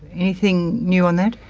anything new on that?